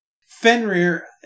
Fenrir